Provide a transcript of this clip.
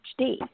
HD